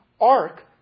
ark